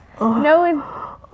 No